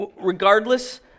Regardless